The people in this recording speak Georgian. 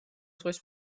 ზღვის